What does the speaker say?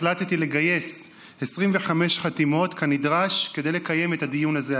החלטתי לגייס 25 חתימות כנדרש כדי לקיים את הדיון הזה היום.